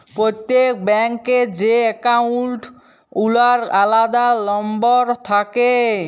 প্রত্যেক ব্যাঙ্ক এ যে একাউল্ট গুলার আলাদা লম্বর থাক্যে